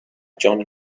john